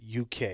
uk